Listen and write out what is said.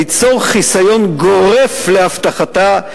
ליצור חיסיון גורף להבטחתה,